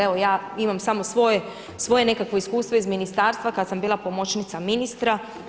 Evo ja imam samo svoje nekakvo iskustvo iz ministarstva kada sam bila pomoćnica ministra.